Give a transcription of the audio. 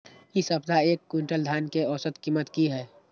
इ सप्ताह एक क्विंटल धान के औसत कीमत की हय?